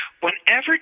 Whenever